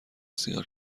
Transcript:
سیگار